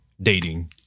dating